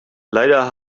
leider